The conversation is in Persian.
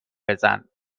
بزن